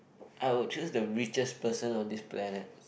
I would choose the richest person on this planet